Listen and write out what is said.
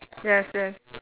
yes yes